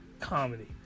comedy